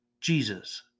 Jesus